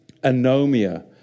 Anomia